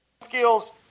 skills